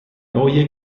neue